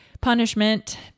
punishment